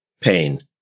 pain